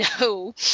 no